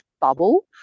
bubble